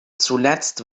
zuletzt